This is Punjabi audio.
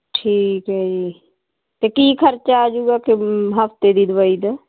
ਠੀਕ ਹੈ ਜੀ ਅਤੇ ਕੀ ਖ਼ਰਚਾ ਆ ਜੂਗਾ ਕਿਮ ਹਫ਼ਤੇ ਦੀ ਦਵਾਈ ਦਾ